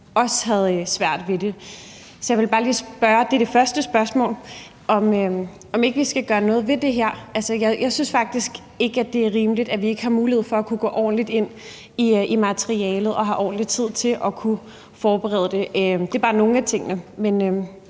også havde svært ved det. Så mit første spørgsmål er, om ikke vi skal gøre noget ved det her. Jeg synes faktisk ikke, det er rimeligt, at vi ikke har mulighed for at sætte os ordentligt ind i materialet og have ordentlig tid til at forberede os. Det er bare en af tingene. Men